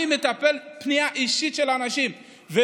אני מטפל בפנייה של אנשים אישית.